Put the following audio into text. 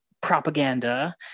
propaganda